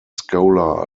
scholar